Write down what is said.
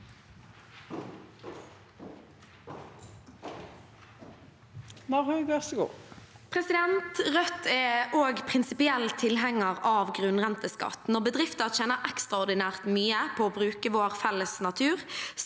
Rødt er òg prinsipiell tilhenger av grunnrenteskatt. Når bedrifter tjener ekstraordinært mye på å bruke vår felles natur,